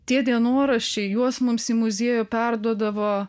tie dienoraščiai juos mums į muziejų perduodavo